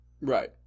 Right